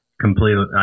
completely